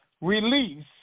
release